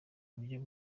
uburyo